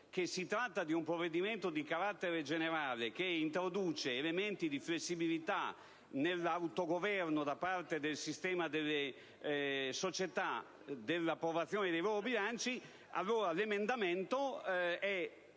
trattarsi di un provvedimento di carattere generale che introduce elementi di flessibilità nell'autogoverno da parte del sistema delle società nell'approvazione di nuovi bilanci, l'emendamento è